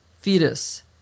fetus